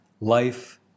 life